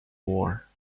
war